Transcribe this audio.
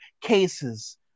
cases